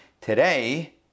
Today